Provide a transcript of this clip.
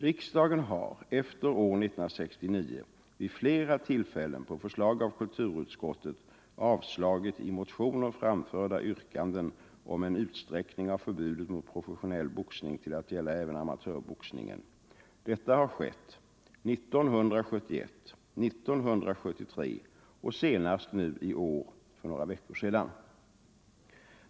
Riksdagen har efter år 1969 vid flera tillfällen på förslag av kulturutskottet avslagit i motioner framförda yrkanden om en utsträckning av förbudet mot professionell boxning till att gälla även amatörboxningen. Detta har skett 1971, 1973 och senast nu i år, för några veckor sedan.